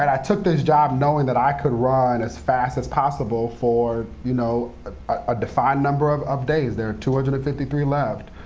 i took this job knowing that i could run as fast as possible for you know ah a defined number of of days. there are two hundred and fifty three left.